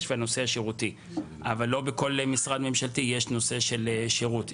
בנושא השירותי אבל לא בכל משרד ממשלתי יש נושא של שירות.